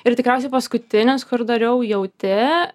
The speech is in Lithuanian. ir tikriausiai paskutinis kur dariau jauti